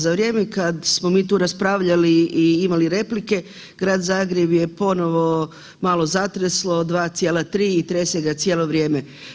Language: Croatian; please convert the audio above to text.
Za vrijeme kad smo mi tu raspravljali i imali replike, Grad Zagreb je ponovo malo zatreslo 2,3 i trese ga cijelo vrijeme.